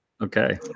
okay